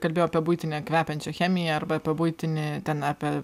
kalbėjau apie buitinę kvepiančią chemiją arba apie buitinį ten apie